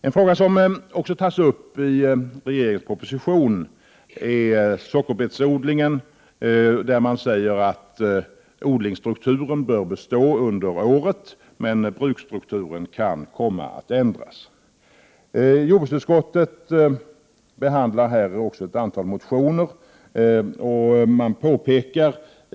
I regeringens proposition tas också upp frågan om sockerbetsodlingen. Regeringen säger att odlingsstrukturen bör bestå under året, men bruksstrukturen kan komma att ändras. Jordbruksutskottet behandlar i denna fråga ett antal motioner.